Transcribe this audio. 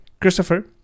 Christopher